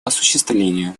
осуществлению